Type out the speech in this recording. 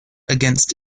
against